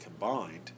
combined